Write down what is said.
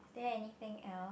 there anything else